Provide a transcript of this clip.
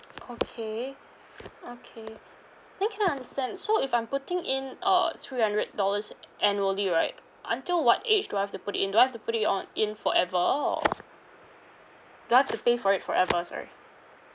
okay okay then can I understand so if I'm putting in uh three hundred dollars annually right until what age do I have to put in do I have to put it on in forever or do I have to pay for it forever sorry